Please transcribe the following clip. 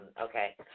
okay